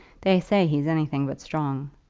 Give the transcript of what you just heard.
they say he's anything but strong.